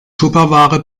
tupperware